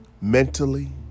mentally